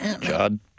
God